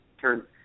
turn